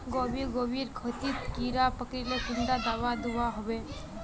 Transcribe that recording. गोभी गोभिर खेतोत कीड़ा पकरिले कुंडा दाबा दुआहोबे?